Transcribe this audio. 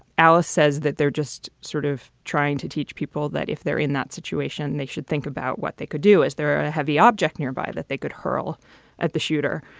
alice says that they're just sort of trying to teach people that if they're in that situation, they should think about what they could do as their heavy object nearby that they could hurl at the shooter.